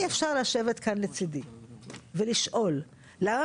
השרה להתיישבות ומשימות לאומיות אורית מלכה סטרוק: אי אפשר